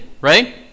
right